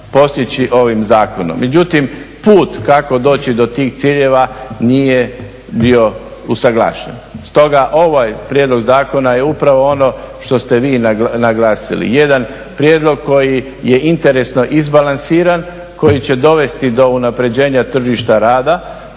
postići ovim zakonom. Međutim, put kako doći do tih ciljeva nije bio usuglašen. Stoga ovaj prijedlog zakona je upravo ono što ste vi naglasili, jedan prijedlog koji je interesno izbalansiran, koji će dovesti do unapređenja tržišta rada,